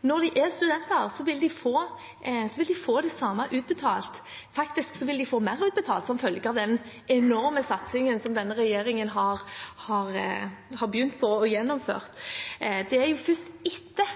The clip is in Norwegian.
Når de er studenter, vil de få utbetalt det samme. Faktisk vil de få utbetalt mer som følge av den enorme satsingen som denne regjeringen har begynt på og gjennomført. Det er først etter